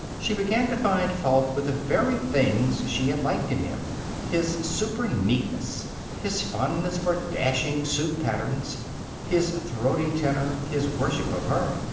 she began to find fault with the very things she had liked in him his superneatness his fondness for dashing suit patterns his throaty tenor his worship of her.